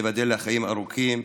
שתיבדל לחיים ארוכים,